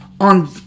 on